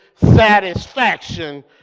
satisfaction